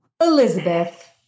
Elizabeth